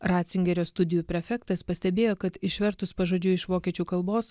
ratzingerio studijų prefektas pastebėjo kad išvertus pažodžiui iš vokiečių kalbos